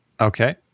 Okay